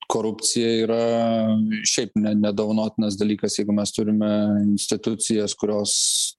korupcija yra šiaip ne nedovanotinas dalykas jeigu mes turime institucijas kurios